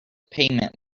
payment